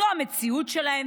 זו המציאות שלהם,